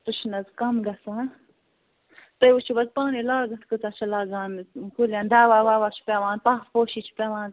سُہ چھُنَہ حظ کَم گَژھان تُہۍ وچھُو حظ پانے لاگتھ کۭژاہ چھِ لَگان کُلیٚن دَوا وَوا چھُ پیٚوان پاہ پوٗشی چھِ پیٚوان